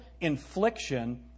infliction